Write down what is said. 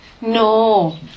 No